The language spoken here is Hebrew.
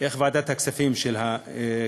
איך ועדת הכספים של הכנסת,